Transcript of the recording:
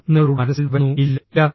അത് നിങ്ങളുടെ മനസ്സിൽ വരുന്നു ഇല്ല ഇല്ല